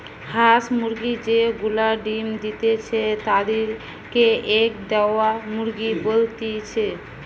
হাঁস মুরগি যে গুলা ডিম্ দিতেছে তাদির কে এগ দেওয়া মুরগি বলতিছে